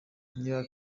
niba